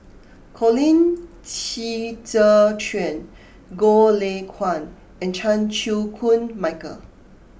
Colin Qi Zhe Quan Goh Lay Kuan and Chan Chew Koon Michael